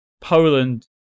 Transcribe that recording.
Poland